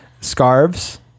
scarves